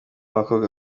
abakobwa